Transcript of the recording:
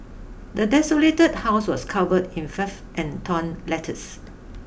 the desolated house was covered in filth and torn letters